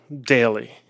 daily